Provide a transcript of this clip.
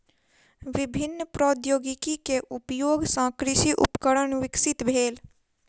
विभिन्न प्रौद्योगिकी के उपयोग सॅ कृषि उपकरण विकसित भेल